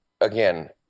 again